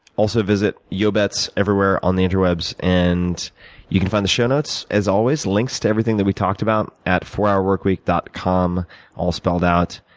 also, visit yobetts everywhere on the inter webs. and you can find the show notes, as always, links to everything that we talked about, at fourhourworkweek dot com all spelled out.